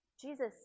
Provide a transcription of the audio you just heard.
Jesus